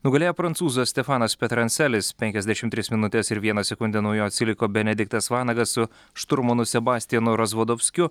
nugalėjo prancūzas stefanas peterancelis penkiasdešim tris minutes ir vieną sekundę nuo jo atsiliko benediktas vanagas su šturmanu sebastianu razvodovskiu